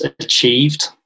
achieved